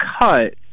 cut